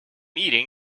eating